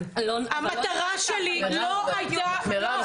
המטרה שלי לא הייתה --- מירב,